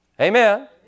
Amen